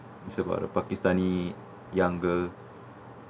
it's about the pakistani young girl